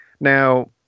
Now